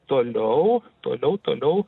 toliau toliau toliau